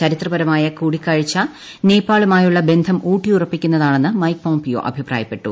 ചരിത്രപരമായ കൂടിക്കാഴ്ച നേപ്പാളുമായുള്ള ബന്ധം ഊട്ടിയുറപ്പിക്കുന്നതാണെന്ന് മൈക്ക് പോംപിയോ അഭിപ്രായപ്പെട്ടു